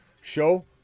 show